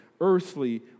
earthly